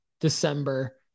December